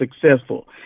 successful